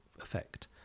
effect